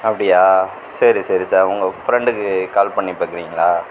அப்படியா சரி சரி சார் உங்கள் ஃப்ரெண்டுக்கு கால் பண்ணிப் பார்க்குறீங்களா